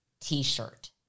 T-shirt